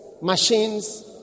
machines